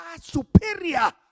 superior